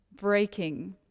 breaking